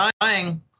dying